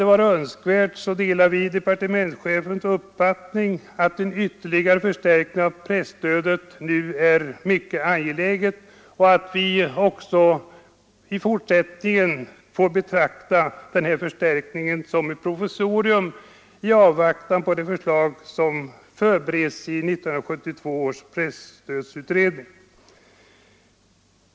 Vi delar departementschefens uppfattning att en ytterligare förstärkning av presstödet nu är mycket angelägen och att denna förstärkning även i fortsättningen får betraktas som ett provisorium i avvaktan på det förslag som förbereds av 1972 års pressutredning.